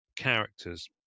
characters